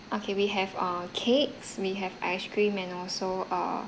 okay we have err cakes we have ice cream and also err